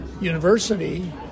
university